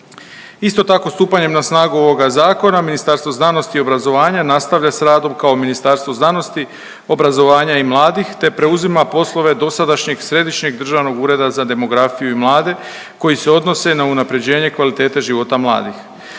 Isto tako, stupanjem na snagu ovoga zakona Ministarstvo znanosti i obrazovanja nastavlja sa radom kao Ministarstvo znanosti, obrazovanja i mladih, te preuzima poslove dosadašnjeg Središnjeg državnog ureda za demografiju i mlade koji se odnose na unapređenje kvalitete života mladih.